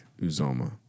Uzoma